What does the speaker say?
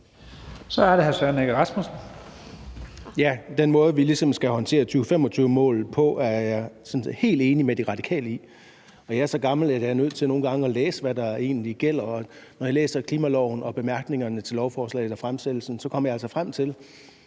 Kl. 12:03 Søren Egge Rasmussen (EL): Den måde, vi skal håndtere 2025-målet på, er jeg helt enig med De Radikale i, og jeg er så gammel, at jeg nogle gange er nødt til at læse, hvad der egentlig gælder, og når jeg læser klimaloven, bemærkningerne til lovforslaget og fremsættelsestalen, kommer jeg altså frem til,